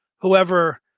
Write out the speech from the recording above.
whoever